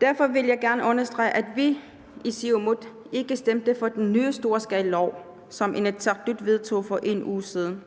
Derfor vil jeg gerne understrege, at vi i Siumut ikke stemte for den nye storskalalov, som Inatsisartut vedtog for en uge siden